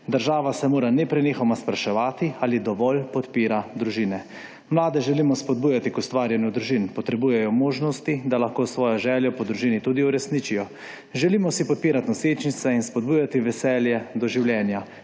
Država se mora neprenehoma spraševati ali dovolj podpira družine. Mlade želimo spodbujati k ustvarjanju družin. Potrebujejo možnosti, da lahko svojo željo po družini tudi uresničijo. Želimo si podpirati nosečnice in spodbujati veselje do življenja.